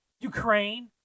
Ukraine